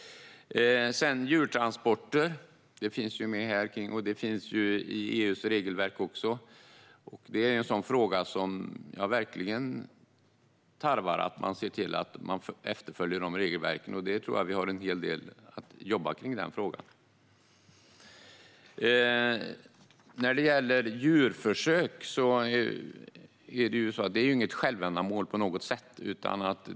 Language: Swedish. Djurtransporter finns också med här, liksom i EU:s regelverk. I denna fråga krävs verkligen att man efterföljer regelverken, och där tror jag att vi har en hel del att jobba med. När det gäller djurförsök är de inte på något sätt något självändamål.